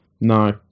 No